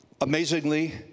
Amazingly